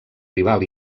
rival